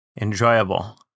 enjoyable